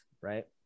right